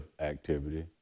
activity